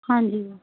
ਹਾਂਜੀ